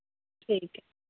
ਠੀਕ ਹੈ